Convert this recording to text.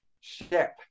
Ship